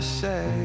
say